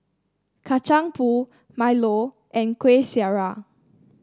Kacang Pool milo and Kuih Syara